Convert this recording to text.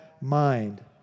mind